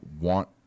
want